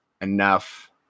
enough